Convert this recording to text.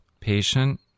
patient